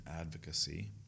advocacy